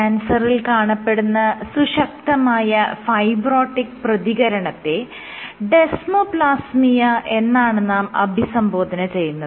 ക്യാൻസറിൽ കാണപ്പെടുന്ന സുശക്തമായ ഫൈബ്രോട്ടിക് പ്രതികരണത്തെ ഡെസ്മോപ്ലാസിയ എന്നാണ് നാം അഭിസംബോധന ചെയ്യുന്നത്